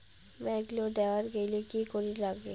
Bank loan নেওয়ার গেইলে কি করীর নাগে?